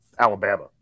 Alabama